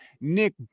Nick